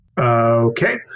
Okay